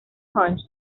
times